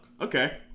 Okay